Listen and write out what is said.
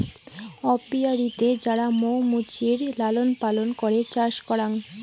অপিয়ারীতে যারা মৌ মুচির লালন পালন করে চাষ করাং